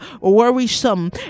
worrisome